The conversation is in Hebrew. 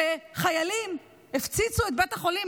ושחיילים הפציצו את בית החולים.